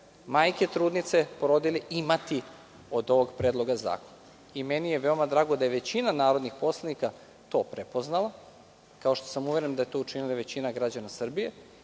majke, trudnice, porodilje imati od ovog predloga zakona. Meni je veoma drago da je većina narodnih poslanika to prepoznala, kao što sam uveren da je to učinila i većina građana Srbije